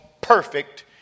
perfect